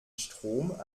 strom